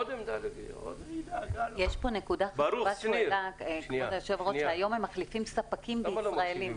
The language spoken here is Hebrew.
יש פה נקודה חשובה שהוא העלה שהיום הם מחליפים ספקים בישראלים.